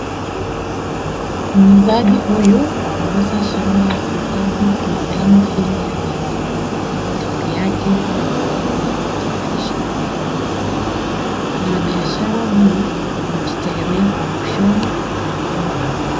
Muuzaji huyu anauza shanga, vitabu na aina vingi vya mitambo, kando yake kuna meza ya kutayarisha mitambo hayo, mwana biashara huyu hujitegemea kwa kujishonea na kuuza.